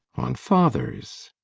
on father's.